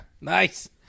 nice